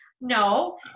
no